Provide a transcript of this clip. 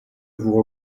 vous